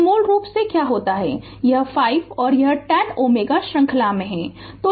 तो मूल रूप से क्या होता है यह 5 और 10 Ω श्रृंखला में हैं